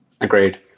Agreed